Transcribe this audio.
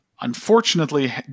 unfortunately